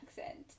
accent